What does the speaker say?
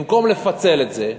במקום לפצל את זה,